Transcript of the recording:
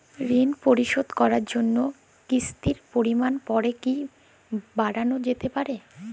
ঋন পরিশোধ করার জন্য কিসতির পরিমান পরে কি বারানো যেতে পারে?